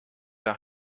der